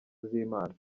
z’imana